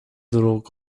دروغ